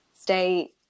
stay